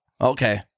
Okay